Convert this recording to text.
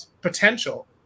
potential